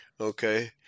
Okay